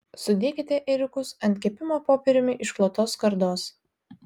sudėkite ėriukus ant kepimo popieriumi išklotos skardos